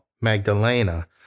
Magdalena